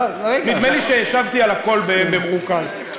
נדמה לי שהשבתי על הכול במרוכז.